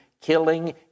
killing